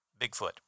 Bigfoot